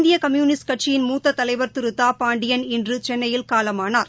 இந்தியகம்யுனிஸ்ட் கட்சியின் மூத்ததலைவர் திருதாபாண்டியன் இன்றுசென்னையில் காலமானார்